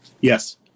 Yes